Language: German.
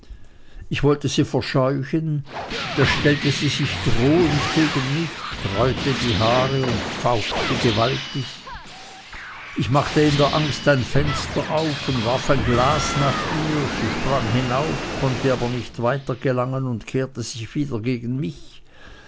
ich wollte sie verscheuchen da stellte sie sich drohend gegen mich sträubte die haare und pfauchte gewaltig ich machte in der angst ein fenster auf und warf ein glas nach ihr sie sprang hinauf konnte aber nicht weiter gelangen und kehrte sich wieder gegen mich